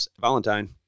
Valentine